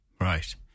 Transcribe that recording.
Right